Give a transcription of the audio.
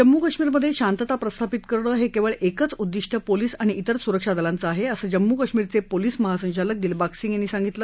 जम्मू कश्मीरमधे शांतता प्रस्थापित करणं हे केवळ एकच उद्दिष् पोलीस आणि इतर सुरक्षादलांचं आहे असं जम्मू कश्मीरचे पोलिस महासंचालक दिलबाग सिंग यांनी सांगितलं